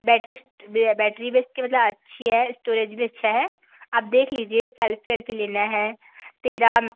battery भी battery भी इसकी मतलब अच्छी है स्टोरेज भी अच्छा है आप देख लीजिए सेल्फ़ी वेलफ़ी लेना है तेरह